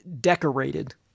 decorated